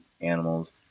animals